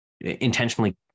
intentionally